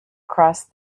crossed